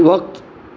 वक़्तु